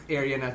area